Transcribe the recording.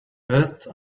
but